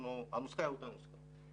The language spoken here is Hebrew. הנוסחה היא אותה נוסחה,